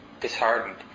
disheartened